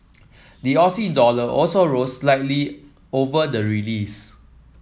the Aussie dollar also rose slightly over the release